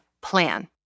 plan